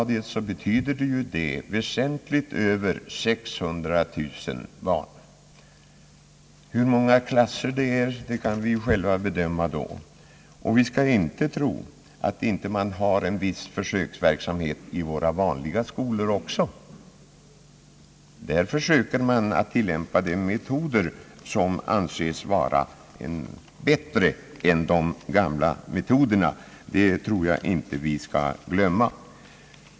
Det betyder över 600 000 barn på lågoch mellanstadiet. Hur många klasser det är kan vi då själva bedöma. Vi skall inte tro att man inte har en viss försöksverksamhet också vid våra vanliga skolor. Där försöker man tillämpa de metoder som anses vara bättre än de gamla metoderna. Det tror jag inte vi skall glömma.